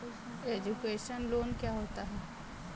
Education loan क्या होता है?